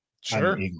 Sure